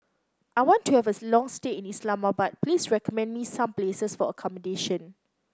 I want to have a long stay in Islamabad please recommend me some places for accommodation